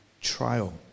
trial